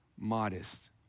Modest